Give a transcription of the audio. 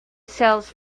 sells